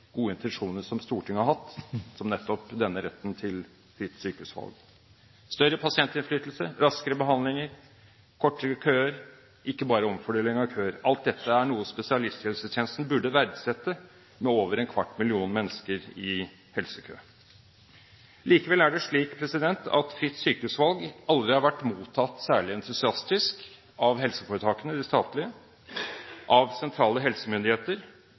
gode intensjonene som Stortinget har hatt, som nettopp denne retten til fritt sykehusvalg. Større pasientinnflytelse, raskere behandlinger, kortere køer og ikke bare omfordeling av dem. Alt dette er noe spesialisthelsetjenesten, med over en kvart million mennesker i helsekø, burde verdsette. Likevel er det slik at ordningen med fritt sykehusvalg aldri har vært mottatt særlig entusiastisk av de statlige helseforetakene, av sentrale helsemyndigheter